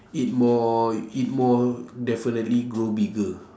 eat more eat more definitely grow bigger